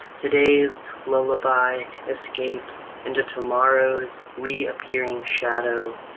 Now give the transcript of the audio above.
today's lullaby escapes into tomorrow's reappearing shadow,